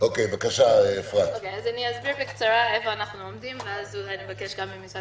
אנחנו עומדים ואז אולי נבקש גם ממשרד